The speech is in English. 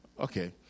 Okay